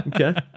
Okay